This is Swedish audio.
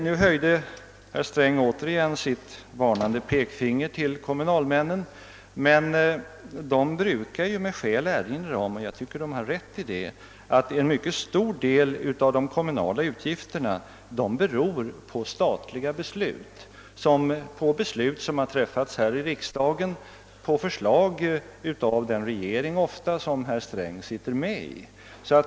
Nu höjde herr Sträng återigen sitt varnande pekfinger mot kommunalmännen, men de brukar med skäl erinra om — och jag tycker att de har rätt i det — att en mycket stor del av de kommunala utgifterna beror på statliga beslut som har träffats här i riksdagen, ofta efter förslag av den regering som herr Sträng sitter med i.